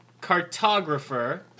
cartographer